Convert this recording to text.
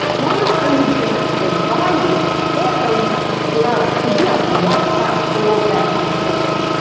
they're not only gonna survive they're going to flourish because you have wiped out all of their competition.